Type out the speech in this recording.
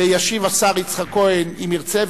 וישיב השר כהן, אם ירצה.